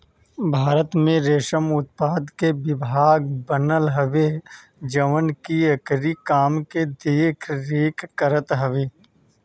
भारत में रेशम उत्पादन के विभाग बनल हवे जवन की एकरी काम के देख रेख करत हवे